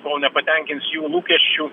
kol nepatenkins jų lūkesčių